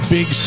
Big